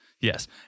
yes